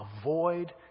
avoid